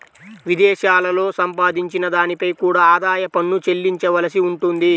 విదేశాలలో సంపాదించిన దానిపై కూడా ఆదాయ పన్ను చెల్లించవలసి ఉంటుంది